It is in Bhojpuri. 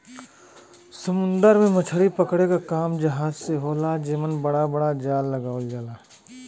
समुंदर में मछरी पकड़े क काम जहाज से होला जेमन बड़ा बड़ा जाल लगावल जाला